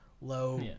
low